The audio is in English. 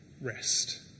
rest